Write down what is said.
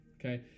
Okay